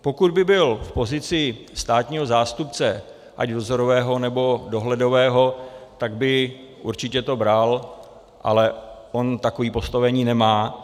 Pokud by byl v pozici státního zástupce, ať vzorového, nebo dohledového, tak by určitě to bral, ale on takové postavení nemá.